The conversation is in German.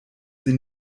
sie